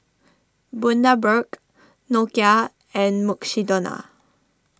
Bundaberg Nokia and Mukshidonna